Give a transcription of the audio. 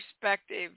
perspective